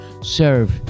serve